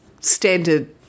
standard